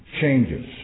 changes